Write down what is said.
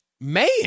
man